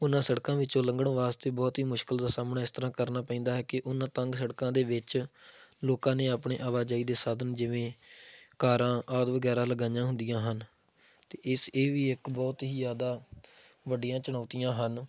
ਉਹਨਾਂ ਸੜਕਾਂ ਵਿੱਚੋਂ ਲੰਘਣ ਵਾਸਤੇ ਬਹੁਤ ਹੀ ਮੁਸ਼ਕਿਲ ਦਾ ਸਾਹਮਣਾ ਇਸ ਤਰ੍ਹਾਂ ਕਰਨਾ ਪੈਂਦਾ ਹੈ ਕਿ ਉਹਨਾਂ ਤੰਗ ਸੜਕਾਂ ਦੇ ਵਿੱਚ ਲੋਕਾਂ ਨੇ ਆਪਣੇ ਆਵਾਜਾਈ ਦੇ ਸਾਧਨ ਜਿਵੇਂ ਕਾਰਾਂ ਆਦਿ ਵਗੈਰਾ ਲਗਾਈਆਂ ਹੁੰਦੀਆਂ ਹਨ ਅਤੇ ਇਸ ਇਹ ਵੀ ਇੱਕ ਬਹੁਤ ਹੀ ਜ਼ਿਆਦਾ ਵੱਡੀਆਂ ਚੁਣੌਤੀਆਂ ਹਨ